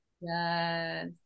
Yes